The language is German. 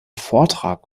vortrag